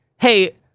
hey